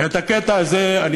אבל נשבעתי שבכל זאת,